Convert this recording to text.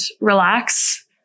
relax